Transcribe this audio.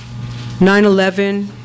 9-11